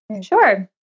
Sure